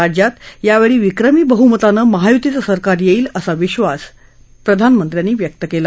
राज्यात यावेळी विक्रमी बहुमतानं महायुतीचं सरकार येईल असा विश्वास त्यांनी व्यक्त केला